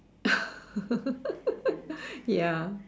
ya